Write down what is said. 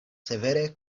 severe